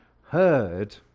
heard